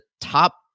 top